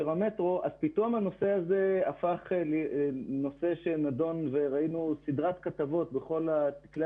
המטרו ואז פתאום הנושא הזה הפך לנושא שנדון וראינו סדרת כתבות בכל כלי